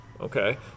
okay